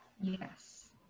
yes